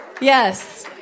Yes